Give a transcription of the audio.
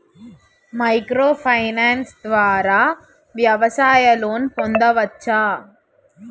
Micro finance ద్వారా వ్యవసాయ loan పొందవచ్చా?